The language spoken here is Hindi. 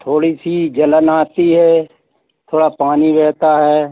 थोड़ी सी जलन आती है थोड़ा पानी बहता है